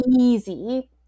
easy